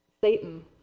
Satan